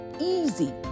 easy